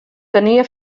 tenia